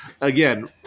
Again